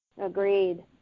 Agreed